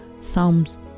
Psalms